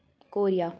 Korea